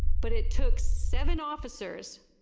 but it took seven officers